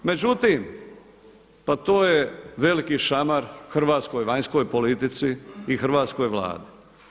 Međutim, pa to je veliki šamar hrvatskoj vanjskoj politici i hrvatskoj Vladi.